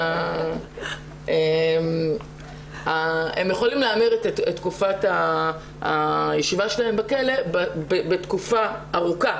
הם יכולים להמיר את תקופת הישיבה שלהם בכלא בתקופה ארוכה